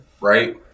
right